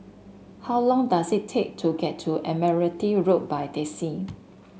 how long does it take to get to Admiralty Road by taxi